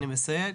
אני מסייג.